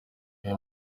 aya